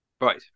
Right